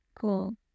Cool